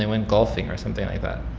and went golfing or something like that